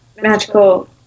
magical